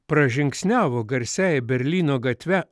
pražingsniavo garsiai berlyno gatve